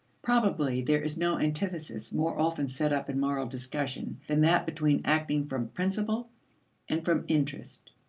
probably there is no antithesis more often set up in moral discussion than that between acting from principle and from interest.